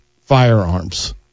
firearms